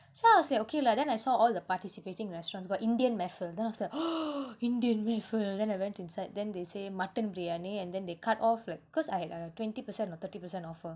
so I was like okay lah then I saw all the participating restaurants got indian meffer then I was like indian meffer then I went inside then they say mutton briyani and then they cut off like cause I had uh twenty percent or thirty percent offer